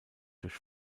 durch